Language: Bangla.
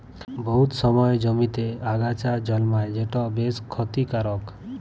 বহুত সময় জমিতে আগাছা জল্মায় যেট বেশ খ্যতিকারক